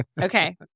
Okay